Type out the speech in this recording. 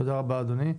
תודה רבה, אדוני.